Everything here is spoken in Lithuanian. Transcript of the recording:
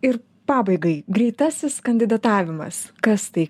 ir pabaigai greitasis kandidatavimas kas tai